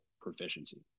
proficiency